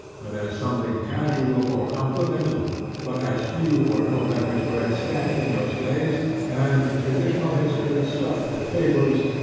but as something casual or complimental but as few or no records were extant in those days, and traditionary history stuffed with fables,